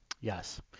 Yes